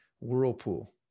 whirlpool